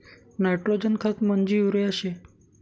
nitrogen खत म्हंजी urea शे